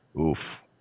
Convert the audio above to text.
oof